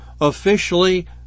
Officially